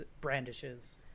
brandishes